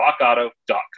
rockauto.com